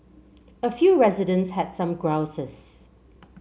a few residents had some grouses